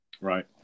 Right